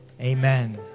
amen